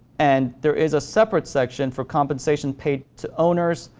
and there is a separate section for compensation paid to owners,